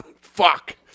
Fuck